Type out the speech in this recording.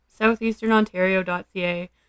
SoutheasternOntario.ca